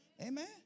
Amen